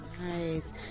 nice